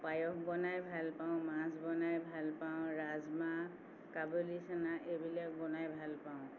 পায়স বনাই ভাল পাওঁ মাছ বনাই ভাল পাওঁ ৰাজমাহ কাবুলি চানা এইবিলাক বনাই ভাল পাওঁ